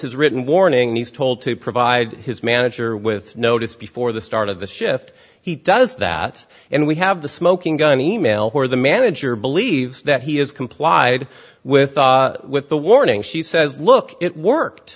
his written warning and he's told to provide his manager with notice before the start of the shift he does that and we have the smoking gun email where the manager believes that he has complied with the warnings she says look it worked